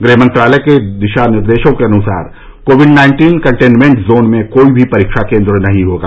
गृह मंत्रालय के दिशा निर्देशों के अनुसार कोविड नाइन्टीन कंटेनमेंट जोन में कोई भी परीक्षा केन्द्र नहीं होगा